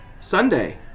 Sunday